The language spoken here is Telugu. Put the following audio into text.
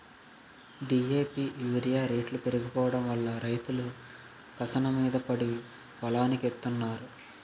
డి.ఏ.పి యూరియా రేట్లు పెరిగిపోడంవల్ల రైతులు కసవమీద పడి పొలానికెత్తన్నారు